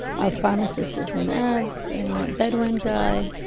our pharmacist is an arab beduin guy,